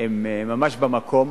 היא ממש במקום,